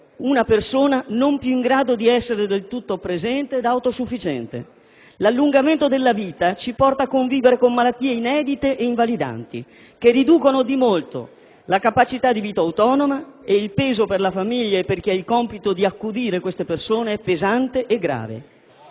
una persona non più in grado di essere del tutto presente ed autosufficiente. L'allungamento della vita ci porta a convivere con malattie inedite e invalidanti, che riducono di molto la capacità di vita autonoma, e il peso per la famiglia e per chi ha il compito di accudire queste persone è notevole e grave.